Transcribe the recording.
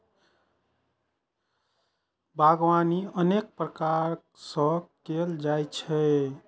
बागवानी अनेक प्रकार सं कैल जाइ छै